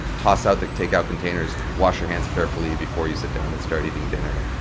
toss out the take-out containers, wash your hands carefully before you sit down and start eating dinner.